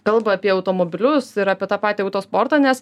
kalba apie automobilius ir apie tą patį autosportą nes